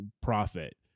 profit